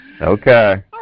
Okay